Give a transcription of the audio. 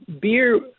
beer